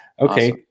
Okay